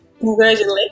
Congratulations